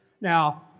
Now